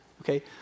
okay